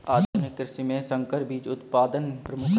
आधुनिक कृषि में संकर बीज उत्पादन प्रमुख है